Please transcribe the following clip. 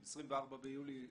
24 ביולי 2020,